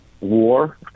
war